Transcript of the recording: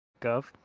Gov